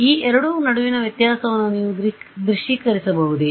ಈ ಎರಡರ ನಡುವಿನ ವ್ಯತ್ಯಾಸವನ್ನು ನೀವು ದೃಶ್ಯೀಕರಿಸಬಹುದೇ